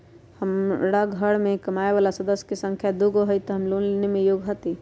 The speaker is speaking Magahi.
हमार घर मैं कमाए वाला सदस्य की संख्या दुगो हाई त हम लोन लेने में योग्य हती?